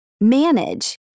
manage